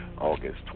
August